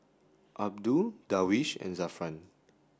Abdul Darwish and Zafran